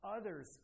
others